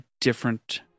different